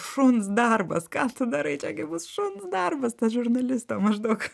šuns darbas ką tu darai čia gi bus šuns darbas tas žurnalistam maždaug